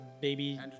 baby